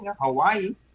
Hawaii